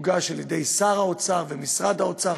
הוא הוגש על-ידי שר האוצר ומשרד האוצר.